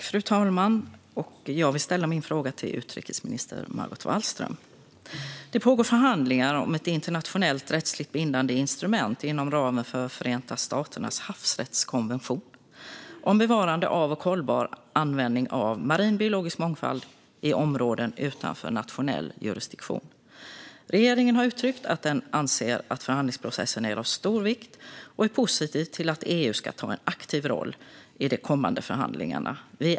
Fru talman! Jag vill ställa min fråga till utrikesminister Margot Wallström. Det pågår förhandlingar om ett internationellt rättsligt bindande instrument inom ramen för Förenta nationernas havsrättskonvention om bevarande av och hållbar användning av marinbiologisk mångfald i områden utanför nationell jurisdiktion. Regeringen har uttryckt att den anser att förhandlingsprocessen är av stor vikt och är positiv till att EU ska ta en aktiv roll i de kommande förhandlingarna.